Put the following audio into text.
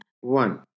One